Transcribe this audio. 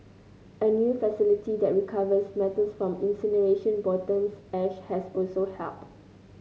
a new facility that recovers metals from incineration bottom ash has also helped